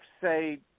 say